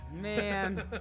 Man